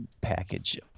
package